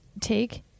take